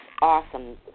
Awesome